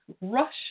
Russia